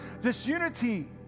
Disunity